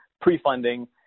pre-funding